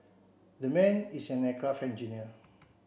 that man is an aircraft engineer